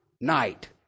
night